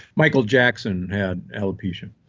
michael jackson had alopecia,